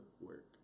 work